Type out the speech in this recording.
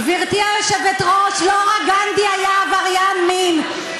גברתי היושבת-ראש, לא רק גנדי היה עבריין מין.